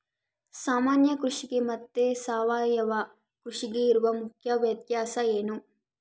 ಸಾಮಾನ್ಯ ಕೃಷಿಗೆ ಮತ್ತೆ ಸಾವಯವ ಕೃಷಿಗೆ ಇರುವ ಮುಖ್ಯ ವ್ಯತ್ಯಾಸ ಏನು?